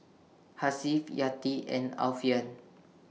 Hasif Yati and Alfian